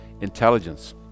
intelligence